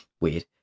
Weird